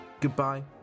Goodbye